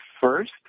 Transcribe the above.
first